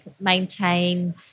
maintain